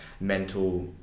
mental